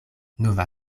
nova